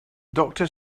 doctor